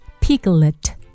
Piglet